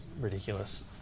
ridiculous